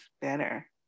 better